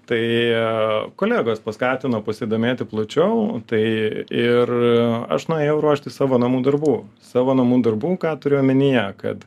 tai ir kolegos paskatino pasidomėti plačiau tai ir aš nuėjau ruošti savo namų darbų savo namų darbų ką turiu omenyje kad